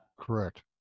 Correct